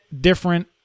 different